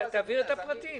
תעביר את הפרטים.